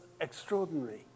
extraordinary